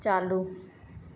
चालू